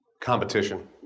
competition